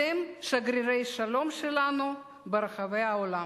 אתם שגרירי שלום שלנו ברחבי העולם.